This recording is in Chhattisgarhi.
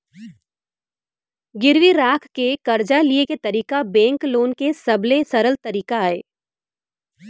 गिरवी राख के करजा लिये के तरीका बेंक लोन के सबले सरल तरीका अय